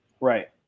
Right